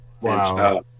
Wow